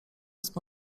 jest